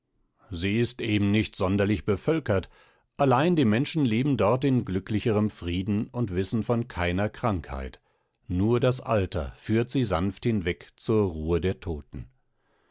sie ist eben nicht sonderlich bevölkert allein die menschen leben dort in glücklichem frieden und wissen von keiner krankheit nur das alter führt sie sanft hinweg zur ruhe der toten